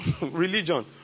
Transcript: religion